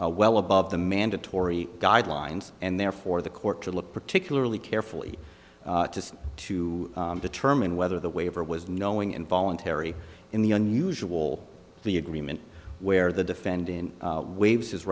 well above the mandatory guidelines and therefore the court to look particularly carefully to determine whether the waiver was knowing involuntary in the unusual the agreement where the defendant waives